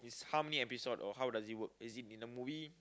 how many episode or how does it work is it in the movie